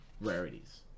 Rarities